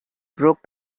broke